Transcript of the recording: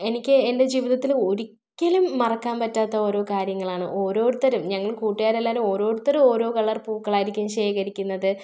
എനിക്ക് എൻ്റെ ജീവിതത്തിൽ ഒരിക്കലും മറക്കാൻ പറ്റാത്ത ഓരോ കാര്യങ്ങളാണ് ഓരോരുത്തരും ഞങ്ങൾ കൂട്ടുകാരെല്ലാവരും ഓരോരുത്തരും ഓരോ കളർ പൂക്കളായിരിക്കും ശേഖരിക്കുന്നത്